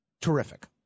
terrific